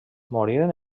moriren